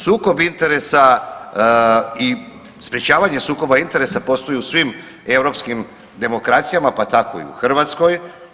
Sukob interesa i sprječavanje sukoba interesa postoji u svim europskim demokracijama pa tako i u Hrvatskoj.